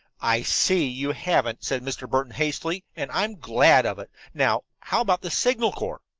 i see you haven't, said mr. burton hastily, and i'm glad of it. now how about the signal corps?